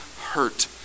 hurt